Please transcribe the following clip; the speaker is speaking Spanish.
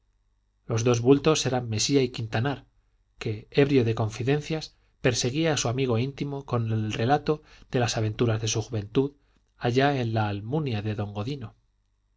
los dos bultos eran mesía y quintanar que ebrio de confidencias perseguía a su amigo íntimo con el relato de las aventuras de su juventud allá en la almunia de don godino